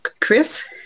Chris